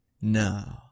No